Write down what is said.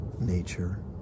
Nature